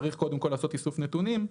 צריך קודם כל לעשות איסוף נתונים,